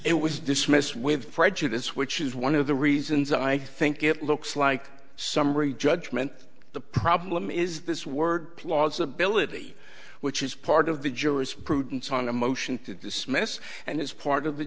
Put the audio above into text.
it was dismissed with prejudice which is one of the reasons i think it looks like a summary judgment the problem is this word plausibility which is part of the jurisprudence on a motion to dismiss and it's part of the